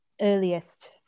earliest